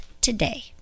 today